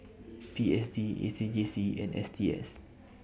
P S D A C J C and S T S